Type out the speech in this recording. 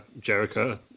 Jericho